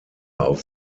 auf